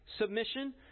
submission